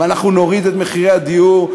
ואנחנו נוריד את מחירי הדיור,